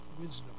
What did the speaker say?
wisdom